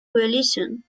coalition